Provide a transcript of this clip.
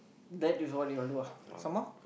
that is all you will do ah some more